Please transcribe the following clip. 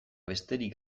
besterik